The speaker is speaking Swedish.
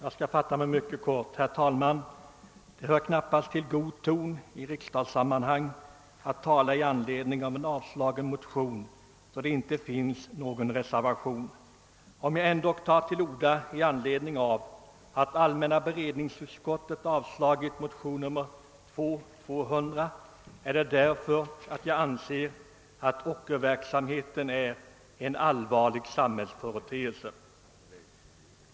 Jag skall fatta mig mycket kort. Herr talman! Det hör knappast till god ton i riksdagssammanhang att ta till orda i anledning av en avstyrkt motion när det inte föreligger någon reservation. Att jag ändock gör det fastän allmänna beredningsutskottet avstyrkt motionen II: 200 beror på att jag anser att ockerverksamheten är en allvarlig samhällsföreteelse.